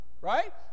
Right